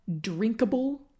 drinkable